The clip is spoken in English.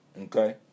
Okay